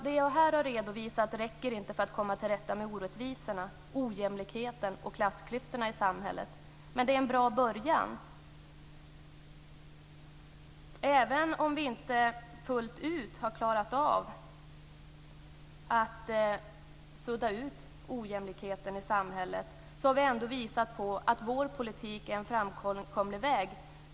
Det jag här har redovisat räcker inte för att komma till rätta med orättvisorna, ojämlikheten och klassklyftorna i samhället. Men det är en bra början. Även om vi inte fullt ut har klarat av att sudda ut ojämlikheten i samhället har vi ändå visat på att vår politik är en framkomlig väg.